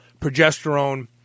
progesterone